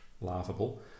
laughable